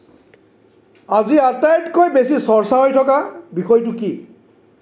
আজি আটাইতকৈ বেছি চৰ্চা হৈ থকা বিষয়টো কি